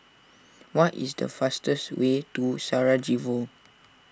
what is the fastest way to Sarajevo